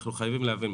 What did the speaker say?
אנחנו חייבים להבין,